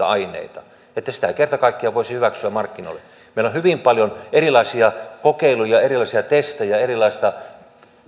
aineita että sitä ei kerta kaikkiaan voisi hyväksyä markkinoille meillä on hyvin paljon erilaisia kokeiluja erilaisia testejä erilaista